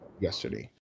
yesterday